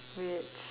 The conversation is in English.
which